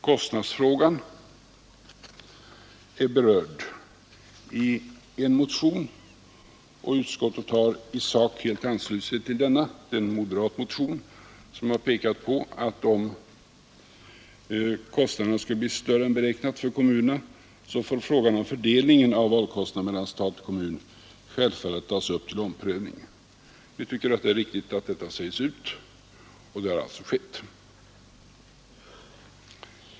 Kostnadsfrågan har berörts i en motion, och utskottet har i sak helt anslutit sig till denna. Det är en moderat motion, där man pekar på att om kostnaderna för kommunerna skulle bli större än beräknat, så får frågan om fördelningen av valkostnaderna mellan stat och kommun självfallet tas upp till omprövning. Vi tycker att det är riktigt att detta sägs ut, och det har alltså skett.